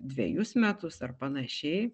dvejus metus ar panašiai